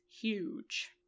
huge